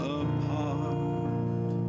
apart